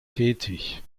tätig